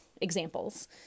examples